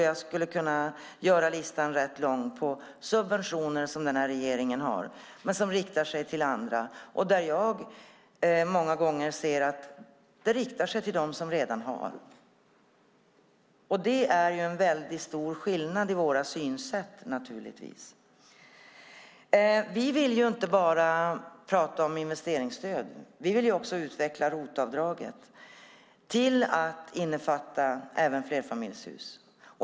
Jag skulle kunna göra listan rätt lång på subventioner som den här regeringen har men som riktar sig till andra, och där jag ser att de många gånger riktar sig till dem som redan har. Det är naturligtvis en väldigt stor skillnad i våra synsätt. Vi vill inte bara prata om investeringsstöd. Vi vill också utveckla ROT-avdraget till att innefatta även flerfamiljshus.